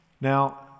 Now